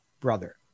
brother